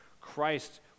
Christ